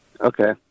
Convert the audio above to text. Okay